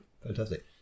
fantastic